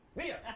mia?